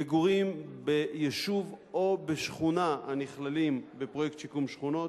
מגורים ביישוב או בשכונה הנכללים בפרויקט שיקום שכונות,